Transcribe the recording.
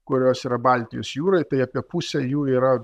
kurios yra baltijos jūroj tai apie pusė jų yra